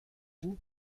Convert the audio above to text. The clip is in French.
vous